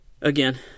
again